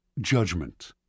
Judgment